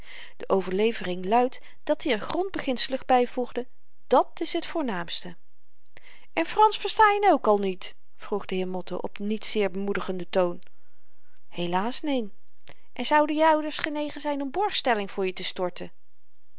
de overlevering luidt dat-i er grondbeginselig byvoegde dat's t voornaamste en fransch versta je n ook al niet vroeg de heer motto op niet zeer bemoedigenden toon helaas neen en zouden je ouders genegen zyn om borgstelling voor je te storten